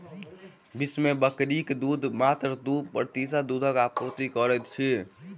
विश्व मे बकरीक दूध मात्र दू प्रतिशत दूधक आपूर्ति करैत अछि